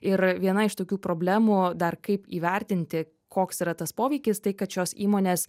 ir viena iš tokių problemų dar kaip įvertinti koks yra tas poveikis tai kad šios įmonės